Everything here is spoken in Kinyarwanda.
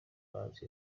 mazi